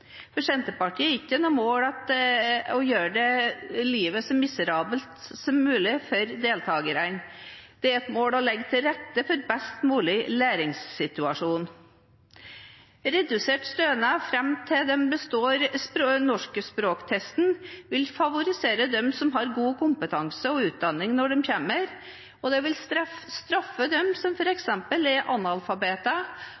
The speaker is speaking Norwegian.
For Senterpartiet er det ikke noe mål å gjøre livet så miserabelt som mulig for deltakerne, det er et mål å legge til rette for en best mulig læringssituasjon. Redusert stønad fram til man består norsktesten vil favorisere dem som har god kompetanse og utdanning når de kommer, og det vil straffe dem som